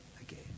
again